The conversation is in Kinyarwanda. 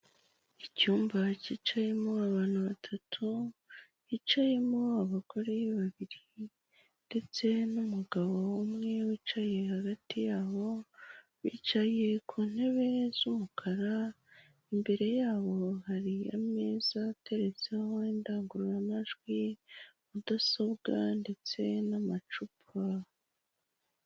Icyumba cyicayemo abantu batatu, bicayemo abagore babiri ndetse n'umugabo umwe wicaye hagati yabo, bicaye ku ntebe z'umukara, imbere yabo hari ameza ateretseho indangururamajwi, mudasobwa ndetse n'amacupa.